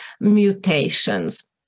mutations